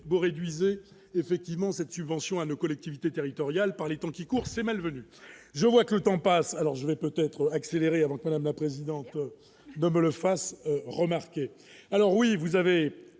vous réduisez effectivement cette subvention à nos collectivités territoriales, par les temps qui courent, c'est malvenu, je vois que le temps passe, alors je vais peut-être accélérer avant que madame la présidente, non le fasse remarquer, alors oui, vous avez